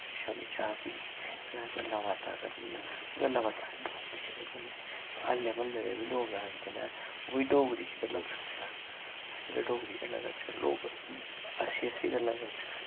शाम्मी चाह् पीनी फिर असैं गल्लां बातां करनियां गल्लां बात्तां असैं डोगरी च गै करने होन्ने ओल्लै म्ह्ल्ले दे बी लोग आंदे नै ओह् बी डोगरी च गल्लां करदे नै अस जिसलै डोगरी च गल्लां करचै लोग हस्सी हस्सी गल्लां करदे नै